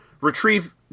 retrieve